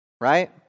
right